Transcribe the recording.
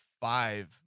five